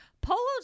polos